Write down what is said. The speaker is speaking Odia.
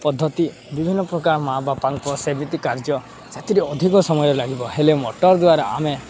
ପଦ୍ଧତି ବିଭିନ୍ନପ୍ରକାର ମାଆ ବାପାଙ୍କ ସେମିତି କାର୍ଯ୍ୟ ସେଥିରେ ଅଧିକ ସମୟରେ ଲାଗିବ ହେଲେ ମଟର୍ ଦ୍ୱାରା ଆମେ